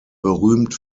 berühmt